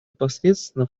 непосредственно